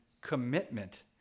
commitment